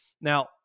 Now